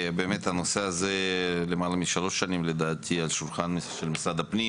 הסיפור הזה למעלה משלוש שנים על שולחן משרד הפנים.